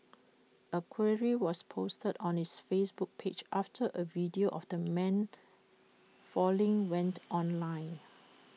A query was posted on its Facebook page after A video of the man falling went online